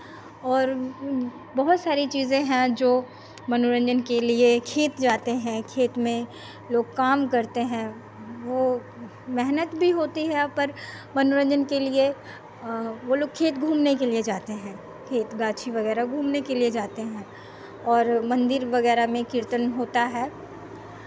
और बहुत सारी चीज़ें हैं जो मनोरंजन के लिये खेत जाते हैं खेत में लोग काम करते हैं वो मेहनत भी होती है पर मनोरंजन के लिये वो लोग खेत घूमने के लिए जाते हैं खेत गाछी वगैरह घूमने के लिये जाते हैं और मंदिर वगैरह में कीर्तन होता है